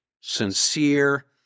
sincere